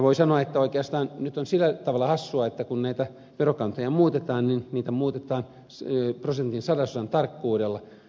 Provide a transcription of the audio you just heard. voi sanoa että oikeastaan nyt on sillä tavalla hassua että kun näitä verokantoja muutetaan niitä muutetaan prosentin sadasosan tarkkuudella